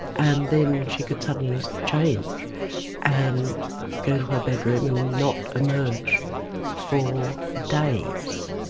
and then she could suddenly change and go to her bedroom and not emerge for days,